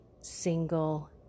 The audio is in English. single